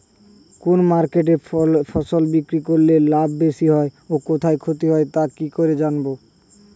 কোন মার্কেটে ফসল বিক্রি করলে লাভ বেশি হয় ও কোথায় ক্ষতি হয় তা কি করে জানবো?